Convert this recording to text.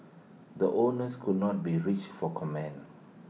the owners could not be reached for comment